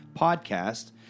Podcast